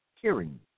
hearing